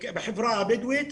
בחברה הבדואית,